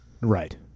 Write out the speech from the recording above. right